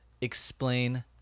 explain